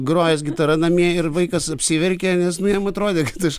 grojęs gitara namie ir vaikas apsiverkė nes jam atrodė kad aš